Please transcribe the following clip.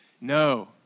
No